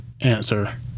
Answer